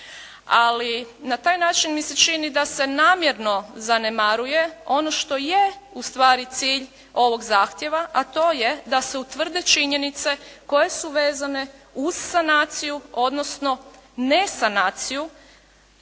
ali na taj način mi se čini da se namjerno zanemaruje ono što je ustvari cilj ovog zahtjeva, a to je da se utvrde činjenice koje su vezane uz sanaciju, odnosno ne sanaciju